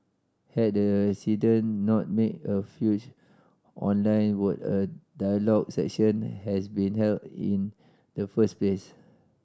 had the resident not made a fuss online would a dialogue session has been held in the first place